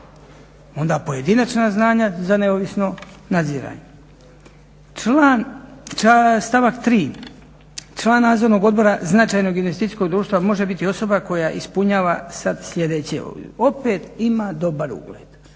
Onda pojedinačna znanja za neovisno nadziranje. Stavak 3., član Nadzornog odbora značajnog investicijskog društva može biti osoba koja ispunjava sad sljedeće. Opet ima dobar ugled.